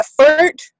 effort